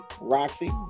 Roxy